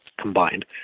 combined